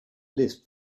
lisp